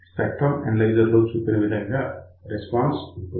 spectrum analyser లో చూపిన విధంగా రెస్పాన్స్ ఉంటుంది